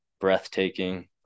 breathtaking